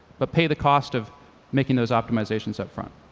but pay the cost of making those optimizations upfront.